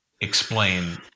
explain